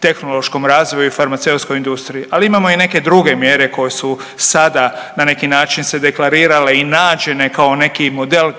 tehnološkom razvoju i farmaceutskoj industriji. Ali imamo i neke druge mjere koje su sada na neki način se deklarirale i nađene kao neki model